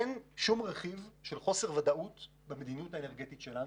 אין שום רכיב של חוסר ודאות במדיניות האנרגטית שלנו,